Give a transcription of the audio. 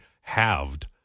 halved